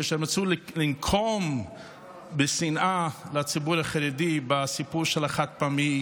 כשהם רצו לנקום בשנאה בציבור החרדי בסיפור של החד-פעמי,